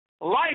life